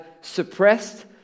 suppressed